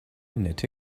nette